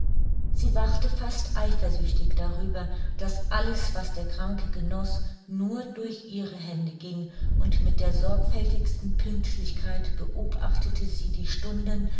sie wachte fast eifersüchtig darüber daß alles was der kranke genoß nur durch ihre hände ging und mit der sorgfältigsten pünktlichkeit beobachtete sie die stunden